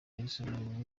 jason